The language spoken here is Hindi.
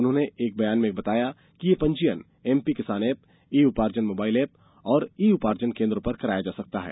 उन्होंने एक बयान में बताया कि यह पंजीयन MP Kisan app e Uparjan mobile app और ई उपार्जन कोन्द्रों पर कराया जा सकता है